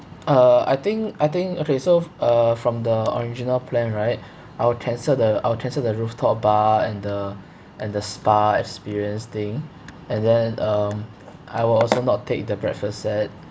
uh I think I think okay so uh from the original plan right I will cancel the I will cancel the rooftop bar and the and the spa experience thing and then um I will also not take the breakfast set